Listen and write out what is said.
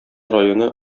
районы